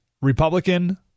Republican